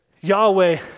Yahweh